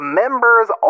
members